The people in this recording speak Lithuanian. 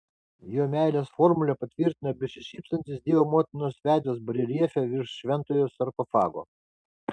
jo meilės formulę patvirtina besišypsantis dievo motinos veidas bareljefe virš šventojo sarkofago